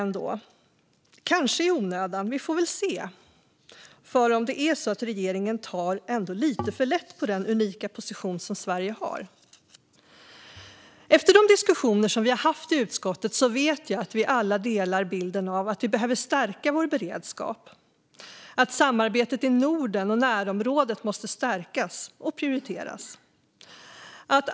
Det är kanske i onödan; vi får väl se. Men det kanske ändå är så att regeringen tar lite för lätt på den unika position som Sverige har. Efter de diskussioner vi haft i utskottet vet jag att vi alla delar bilden av att vi behöver stärka vår beredskap. Samarbetet i Norden och närområdet måste stärkas och prioriteras.